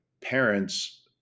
parents